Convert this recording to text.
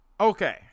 Okay